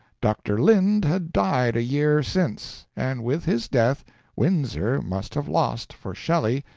dr. lind had died a year since, and with his death windsor must have lost, for shelley,